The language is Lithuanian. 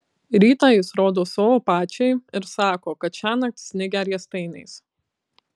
rytą jis rodo savo pačiai ir sako kad šiąnakt snigę riestainiais